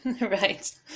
Right